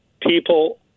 people